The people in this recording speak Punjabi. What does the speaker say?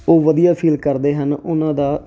ਉਹ ਵਧੀਆ ਫੀਲ ਕਰਦੇ ਹਨ ਉਹਨਾਂ ਦਾ